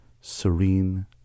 serene